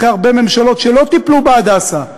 אחרי הרבה ממשלות שלא טיפלו ב"הדסה"